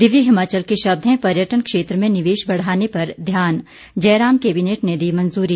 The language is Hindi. दिव्य हिमाचल के शब्द हैं पर्यटन क्षेत्र में निवेश बढ़ाने पर ध्यान जयराम कैबिनेट ने दी मंजूरी